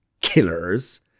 killers